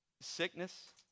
sickness